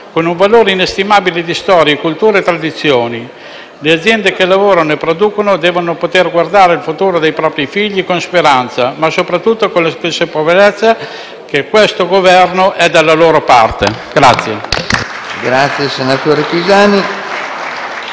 con un valore inestimabile di storie, culture e tradizioni. Le aziende che lavorano e producono devono poter guardare al futuro dei propri figli con speranza, ma soprattutto con la consapevolezza che questo Governo è dalla loro parte.